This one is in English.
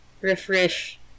refresh